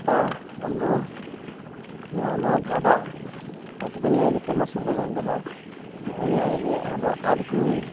यता हाम्रो लामा ढाबा हो त्यो पनि अहिले फेमस हुँदै जाँदैछ त्यो पनि अहिले अब अर्को